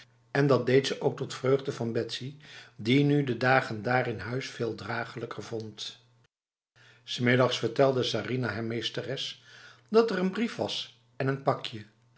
en dat deed ze ook tot vreugde van betsy die nu de dagen daar in huis veel draaglijker vond s middags vertelde sarinah haar meesteres dat er n brief was en een pakje